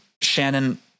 Shannon